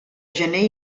gener